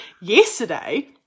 yesterday